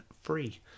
free